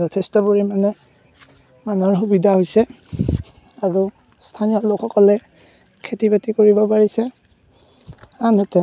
যথেষ্ট পৰিমাণে মানুহৰ সুবিধা হৈছে আৰু স্থানীয় লোকসকলে খেতি বাতি কৰিব পাৰিছে আনহাতে